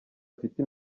afite